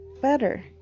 better